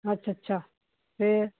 ਅੱਛਾ ਅੱਛਾ ਫਿਰ